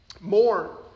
More